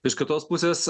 iš kitos pusės